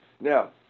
Now